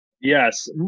Yes